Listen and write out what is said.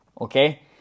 okay